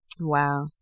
Wow